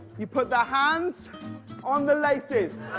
you put the hands on the laces.